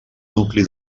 nucli